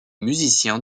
musiciens